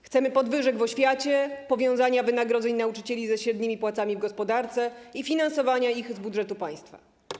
Chcemy podwyżek w oświacie, powiązania wynagrodzeń nauczycieli ze średnimi płacami w gospodarce i finansowania ich z budżetu państwa.